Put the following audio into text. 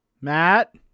matt